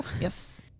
Yes